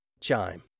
Chime